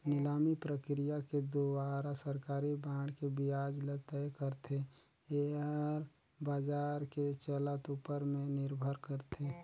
निलामी प्रकिया के दुवारा सरकारी बांड के बियाज ल तय करथे, येहर बाजार के चलत ऊपर में निरभर करथे